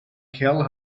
kerl